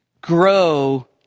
grow